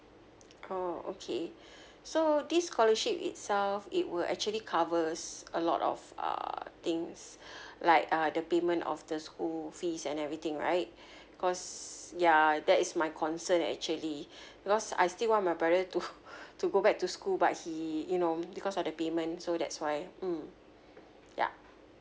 oh okay so this scholarship itself it would actually covers a lot of uh things like uh the payment of the school fees and everything right cause ya that is my concern actually because I still want my brother to to go back to school but he you know because of the payment so that's why mm ya